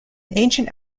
ancient